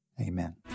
amen